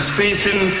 facing